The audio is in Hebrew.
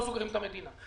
לא סוגרים את המדינה.